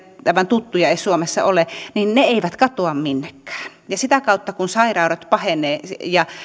tuttuja edes suomessa ole eivät katoa minnekään sitä kautta kun sairaudet pahenevat ja